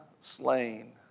slain